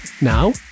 now